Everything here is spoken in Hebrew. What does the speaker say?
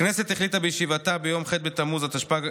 הכנסת החליטה בישיבתה ביום ח' בתמוז התשפ"ג,